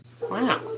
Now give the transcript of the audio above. Wow